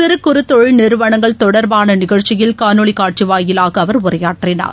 சிறு குறு தொழில் நிறுவனங்கள் தொடர்பானநிகழ்ச்சியில் காணொலினாட்சிவாயிலாகஅவர் உரையாற்றினார்